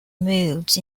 moved